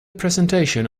presentation